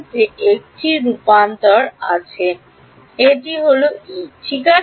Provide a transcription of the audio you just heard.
যে একটি রূপান্তর আছে যা এটি থেকে এই ঠিক আছে